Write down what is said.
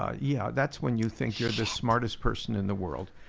ah yeah that's when you think you are the smartest person in the world,